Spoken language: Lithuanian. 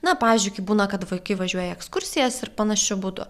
na pavyzdžiui kai būna kad vaikai važiuoja į ekskursijas ir panašiu būdu